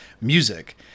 music